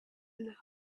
enough